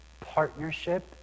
Partnership